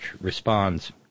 responds